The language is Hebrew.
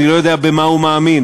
אני לא יודע במה הוא מאמין,